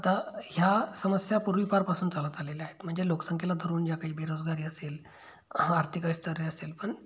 आता ह्या समस्या पूर्वीपारपासून चालत आलेल्या आहेत म्हणजे लोकसंख्येला धरून ज्या काही बेरोजगारी असेल आर्थिक स्थैर्य असेल पण